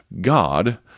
God